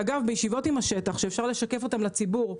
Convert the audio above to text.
ואגב ישיבות עם השטח, שאפשר לשקף אותם לציבור,